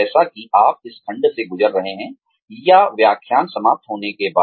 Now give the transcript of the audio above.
जैसा कि आप इस खंड से गुजर रहे हैं या व्याख्यान समाप्त होने के बाद